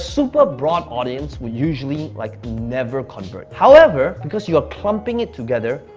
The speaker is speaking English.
super broad audience will usually, like never convert. however, because you're clumping it together.